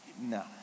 No